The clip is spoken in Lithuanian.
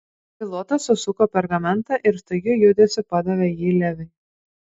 pilotas susuko pergamentą ir staigiu judesiu padavė jį leviui